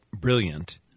brilliant